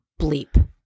bleep